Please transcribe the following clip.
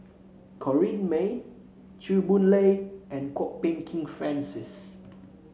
Corrinne May Chew Boon Lay and Kwok Peng Kin Francis